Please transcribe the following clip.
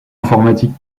informatique